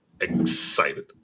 excited